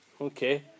okay